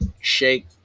shake